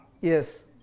Yes